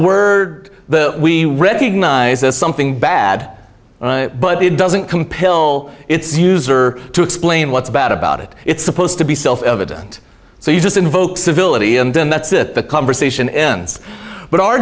word the we recognize as something bad but it doesn't compel its user to explain what's bad about it it's supposed to be self evident so you just invoke civility and then that's it the conversation ends but our